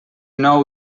nou